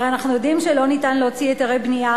הרי אנחנו יודעים שלא ניתן להוציא היתרי בנייה